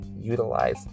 utilize